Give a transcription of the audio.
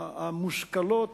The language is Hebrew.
המושכלות,